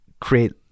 create